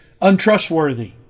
untrustworthy